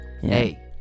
hey